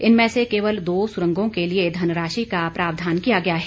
इनमें से केवल दो सुरंगों के लिए धनराशि का प्रावधान किया गया है